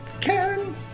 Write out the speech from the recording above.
Karen